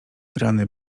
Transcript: rany